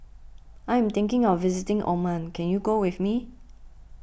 I am thinking of visiting Oman can you go with me